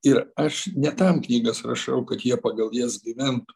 ir aš ne tam knygas rašau kad jie pagal jas gyventų